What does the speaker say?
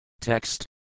Text